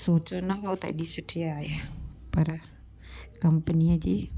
सोचियो न हुओ त एॾी सुठी आहे पर कम्पनीअ जी